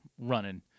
running